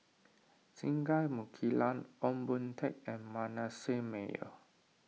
Singai Mukilan Ong Boon Tat and Manasseh Meyer